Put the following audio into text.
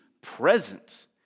present